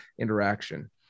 interaction